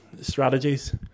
strategies